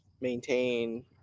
maintain